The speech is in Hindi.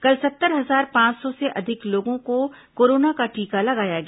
कल सत्तर हजार पांच सौ से अधिक लोगों को कोरोना का टीका लगाया गया